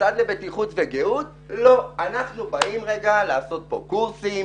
המוסד לבטיחות וגהות לא הם באים לעשות קורסים